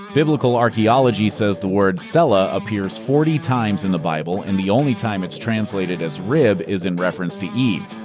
biblical archaeology says the word tsela appears forty times in the bible, and the only time it's translated as rib is in reference to eve.